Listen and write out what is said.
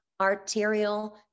arterial